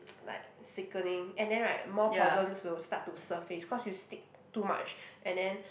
like sickening and then right more problems will start to surface because you stick too much and then